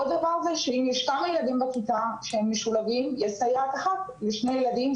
עוד דבר זה שאם יש כמה ילדים משולבים בכיתה יש סייעת אחת לשני ילדים,